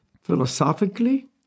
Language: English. philosophically